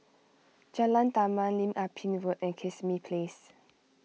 Jalan Taman Lim Ah Pin Road and Kismis Place